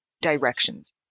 directions